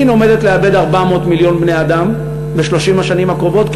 סין עומדת לאבד 400 מיליון בני-אדם ב-30 השנים הקרובות,